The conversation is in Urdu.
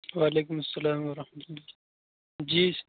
وعلیکم السّلام ورحمۃ اللہ جی